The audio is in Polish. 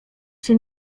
czy